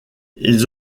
ils